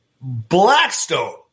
Blackstone